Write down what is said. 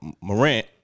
Morant